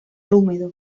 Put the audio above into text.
húmedo